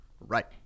Right